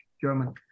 German